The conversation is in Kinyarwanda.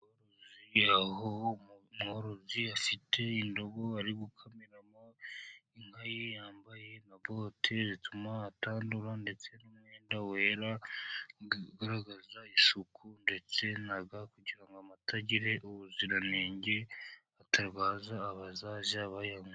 Umworozi afite indobo ari gukamiramo inka ye, yambaye na boti zituma atandura ndetse n'umwenda wera ugaragaza isuku, ndetse na ga kugira ngo amata agire ubuziranenge batabaza abazajya bayanywa.